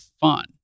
fun